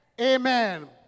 Amen